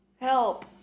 Help